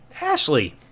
Ashley